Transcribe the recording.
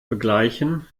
begleichen